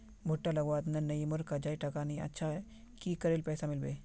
भुट्टा लगवार तने नई मोर काजाए टका नि अच्छा की करले पैसा मिलबे?